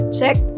check